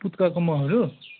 पुत्काको महहरू